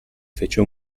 fece